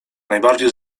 najbardziej